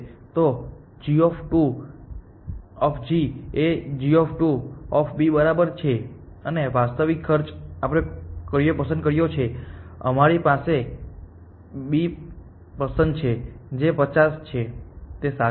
તો g2 એ g2 બરાબર છે અને વાસ્તવિક ખર્ચ આપણે કયો પસંદ કર્યો છે અમારી પાસે B પસંદ છે જે 50 છે તે સાચું છે